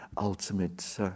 ultimate